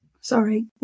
Sorry